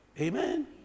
Amen